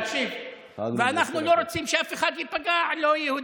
אתה מוכן לקרוא לכם לא לחלק בקלאוות?